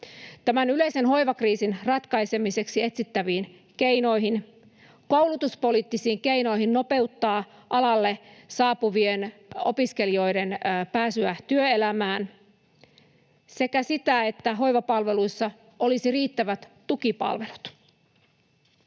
tämän yleisen hoivakriisin ratkaisemiseksi etsittäviin keinoihin, koulutuspoliittisiin keinoihin nopeuttaa alalle saapuvien opiskelijoiden pääsyä työelämään sekä siihen, että hoivapalveluissa olisi riittävät tukipalvelut.